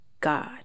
God